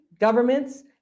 governments